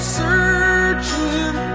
searching